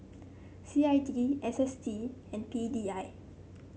C I D S S T and P D I